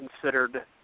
considered